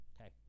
Okay